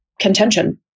contention